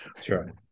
Sure